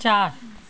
चारि